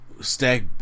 stack